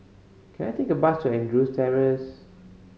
can I take a bus to Andrews Terrace